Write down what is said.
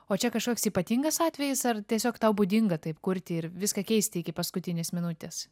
o čia kažkoks ypatingas atvejis ar tiesiog tau būdinga taip kurti ir viską keisti iki paskutinės minutės